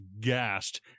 gassed